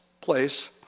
place